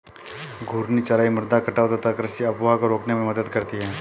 घूर्णी चराई मृदा कटाव तथा कृषि अपवाह को रोकने में मदद करती है